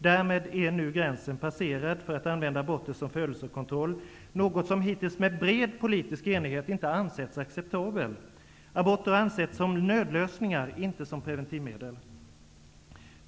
Därmed är nu gränsen passerad för att använda aborter som födelsekontroll, något som hittills med bred politisk enighet inte ansetts acceptabelt. Aborter har setts som nödlösningar, inte som preventivmedel.